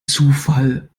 zufall